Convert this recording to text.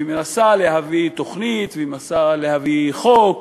ומנסה להביא תוכנית, ומנסה להביא חוק,